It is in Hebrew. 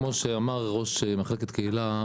כמו שאמר ראש מחלקת קהילה,